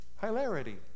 hilarity